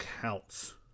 counts